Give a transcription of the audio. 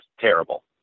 terrible